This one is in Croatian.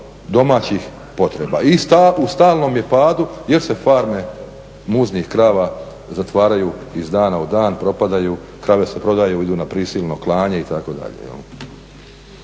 domaćih potreba. I u stalnom je padu jer se farme muznih krava zatvaraju iz dana u dan, propadaju, krave se prodaju idu na prisilno klanje itd..